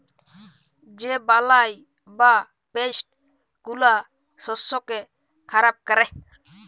যে বালাই বা পেস্ট গুলা শস্যকে খারাপ ক্যরে